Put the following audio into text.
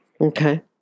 Okay